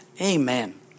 Amen